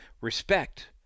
Respect